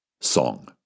song